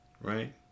right